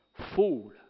fool